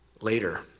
later